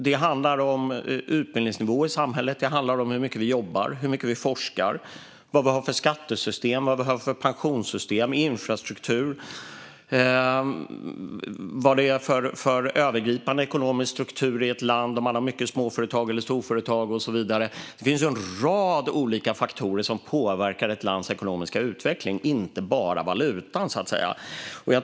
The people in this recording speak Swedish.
Det handlar om utbildningsnivåer i samhället, om hur mycket man jobbar, om hur mycket man forskar, om vad man har för skattesystem, pensionssystem och infrastruktur, om vad det är för övergripande ekonomisk struktur i ett land, om man har många småföretag eller storföretag och så vidare. Det finns en rad olika faktorer som påverkar ett lands ekonomiska utveckling. Det är alltså inte bara valutan.